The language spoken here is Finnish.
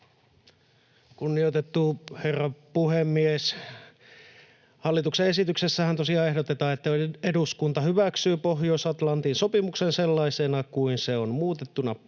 Kunnioitettu herra puhemies! Hallituksen esityksessähän tosiaan ehdotetaan, että eduskunta hyväksyy Pohjois-Atlantin sopimuksen sellaisena kuin se on muutettuna